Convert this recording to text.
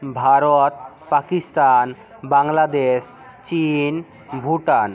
ভারত পাকিস্তান বাংলাদেশ চীন ভুটান